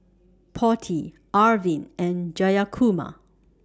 Potti Arvind and Jayakumar